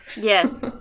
Yes